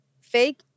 Fake